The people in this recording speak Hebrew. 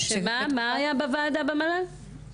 מה היה בוועדה במל"ל?